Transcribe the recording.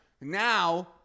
Now